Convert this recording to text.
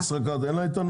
לחברת ישראכרט אין איתנות?